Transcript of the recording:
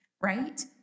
right